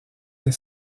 les